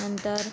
नंतर